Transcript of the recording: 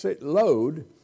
load